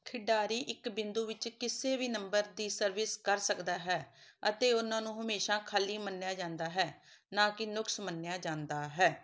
ਖਿਡਾਰੀ ਇੱਕ ਬਿੰਦੂ ਵਿੱਚ ਕਿਸੇ ਵੀ ਨੰਬਰ ਦੀ ਸਰਵਿਸ ਕਰ ਸਕਦਾ ਹੈ ਅਤੇ ਉਨ੍ਹਾਂ ਨੂੰ ਹਮੇਸ਼ਾ ਖਾਲੀ ਮੰਨਿਆ ਜਾਂਦਾ ਹੈ ਨਾ ਕਿ ਨੁਕਸ ਮੰਨਿਆ ਜਾਂਦਾ ਹੈ